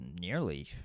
nearly